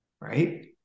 right